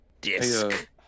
disc